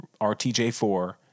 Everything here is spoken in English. RTJ4